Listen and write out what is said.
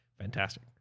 Fantastic